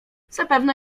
zapewne